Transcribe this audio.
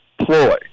ploy